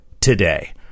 today